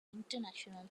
international